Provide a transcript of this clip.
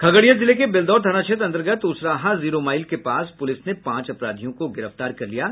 खगड़िया जिले के बेलदौर थाना क्षेत्र अन्तर्गत उसराहा जीरोमाइल के पास पुलिस ने पांच अपराधियों को गिरफ्तार किया है